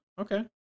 Okay